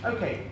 Okay